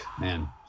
man